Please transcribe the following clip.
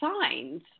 signs